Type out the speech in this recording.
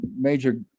major